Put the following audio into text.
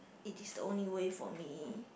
it is the only way for me